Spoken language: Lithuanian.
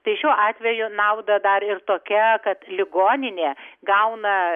tai šiuo atveju naudą dar ir tokia kad ligoninė gauna